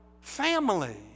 family